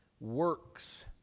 works